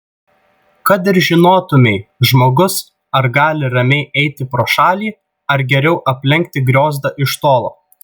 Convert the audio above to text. kad žinotumei žmogus ar gali ramiai eiti pro šalį ar geriau aplenkti griozdą iš tolo